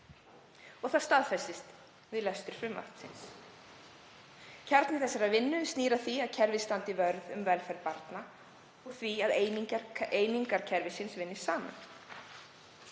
og það staðfestist við lestur frumvarpsins. Kjarni þessarar vinnu snýr að því að kerfið standi vörð um velferð barna og því að einingar kerfisins vinni saman.